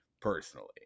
personally